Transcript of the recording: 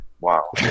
wow